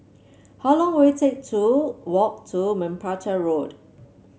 how long will it take to walk to Merpati Road